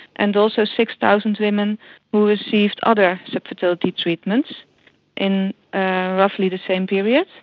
and also six thousand women who received other fertility treatments in roughly the same period,